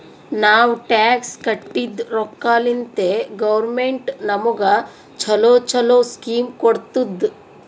ನಾವ್ ಟ್ಯಾಕ್ಸ್ ಕಟ್ಟಿದ್ ರೊಕ್ಕಾಲಿಂತೆ ಗೌರ್ಮೆಂಟ್ ನಮುಗ ಛಲೋ ಛಲೋ ಸ್ಕೀಮ್ ಕೊಡ್ತುದ್